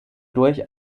durch